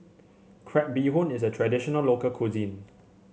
Crab Bee Hoon is a traditional local cuisine